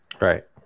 Right